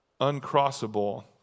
uncrossable